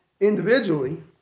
Individually